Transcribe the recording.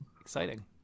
exciting